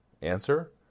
Answer